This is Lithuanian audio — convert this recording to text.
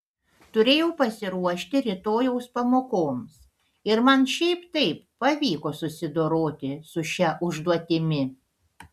turėjau pasiruošti rytojaus pamokoms ir man šiaip taip pavyko susidoroti su šia užduotimi